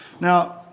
Now